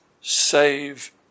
save